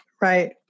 Right